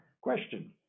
question